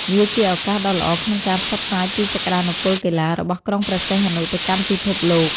វាជាឱកាសដ៏ល្អក្នុងការផ្សព្វផ្សាយពីសក្ដានុពលកីឡា របស់ក្រុងព្រះសីហនុទៅកាន់ពិភពលោក។